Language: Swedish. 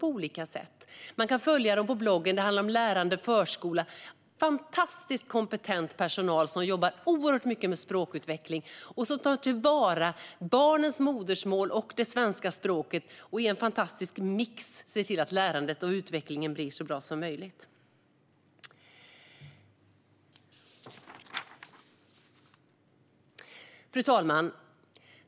Man kan följa skolan på dess blogg - det handlar om lärande förskola och fantastiskt kompetent personal som jobbar oerhört mycket med språkutveckling, tar till vara barnens modersmål och det svenska språket och i en fantastisk mix ser till att lärandet och utvecklingen blir så bra som möjligt. Fru talman!